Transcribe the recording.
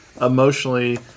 emotionally